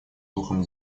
духом